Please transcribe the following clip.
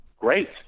great